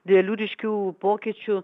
didelių ryškių pokyčių